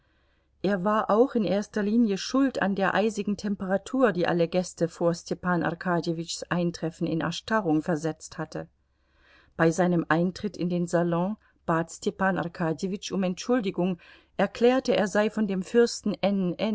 er war auch in erster linie schuld an der eisigen temperatur die alle gäste vor stepan arkadjewitschs eintreffen in erstarrung versetzt hatte bei seinem eintritt in den salon bat stepan arkadjewitsch um entschuldigung erklärte er sei von dem fürsten